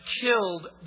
killed